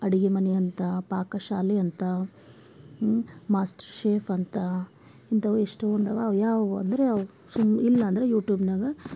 ಅಡುಗಿ ಮನೆ ಅಂತ ಪಾಕಶಾಲೆ ಅಂತ ಮಾಸ್ಟ್ರ್ ಶೇಫ್ ಅಂತ ಇಂಥವು ಎಷ್ಟೋಂದು ಅವ ಅವು ಯಾವುವು ಅಂದರೆ ಅವು ಸು ಇಲ್ಲಾಂದರೆ ಯೂಟ್ಯೂಬ್ನಾಗ